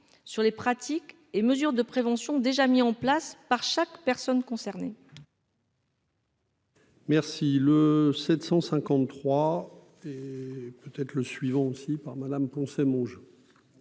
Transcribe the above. sur les pratiques et mesures de prévention, déjà mis en place par chaque personne concernée.